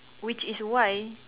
which is why